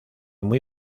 muy